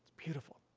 beautiful.